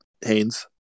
haynes